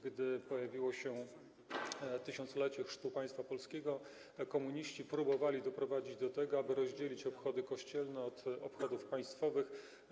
Gdy nastąpiło 1000-lecie chrztu państwa polskiego, komuniści próbowali doprowadzić do tego, aby rozdzielić obchody kościelne od obchodów państwowych.